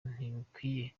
ntibukwiye